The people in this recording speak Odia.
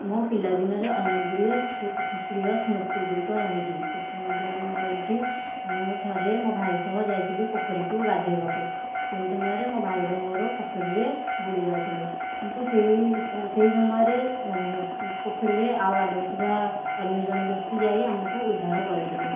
ମୋ ପିଲା ଦିନରେ ଅନେକ ଗୁଡ଼ିଏ ପ୍ରିୟ ସ୍ମୃତି ଗୁଡ଼ିକ ରହିଛି ସେଥି ମଧ୍ୟରୁ ହେଉଛି ମୁଁ ଥରେ ମୋ ଭାଇ ସହିତ ଯାଇଥିଲି ପୋଖରୀକୁ ଗାଧୋଇବାକୁ ସେହି ସମୟରେ ମୋ ଭାଇର ମୋର ପୋଖରୀରେ ବୁଡ଼ି ଯାଉଥିଲୁ କିନ୍ତୁ ସେହି ସମୟରେ ପୋଖରୀରେ ଆହୁରି ଗାଧାଉ ଥିବା ଅନ୍ୟ ଜଣେ ବ୍ୟକ୍ତି ଯାଇ ଆମକୁ ଉଦ୍ଧାର କରିଥିଲେ